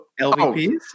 LVPs